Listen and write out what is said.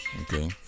Okay